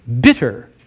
bitter